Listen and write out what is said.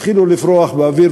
התחילו לפרוח באוויר,